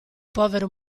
povero